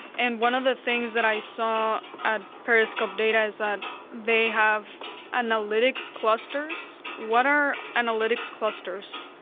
and one of the things that i saw at periscope data is that they have analytics clusters. what are analytics clusters?